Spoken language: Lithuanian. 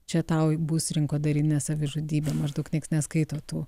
čia tau bus rinkodarinė savižudybė maždaug nieks neskaito tų